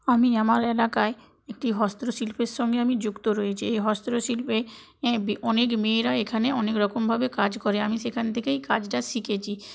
আমি আমার এলাকায় একটি হস্তশিল্পের সঙ্গে আমি যুক্ত রয়েছি এই হস্তশিল্পে অনেক মেয়েরা এখানে অনেকরকমভাবে কাজ করে আমি সেখান থেকেই কাজটা শিখেছি